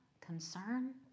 concern